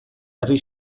herri